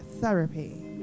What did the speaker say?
therapy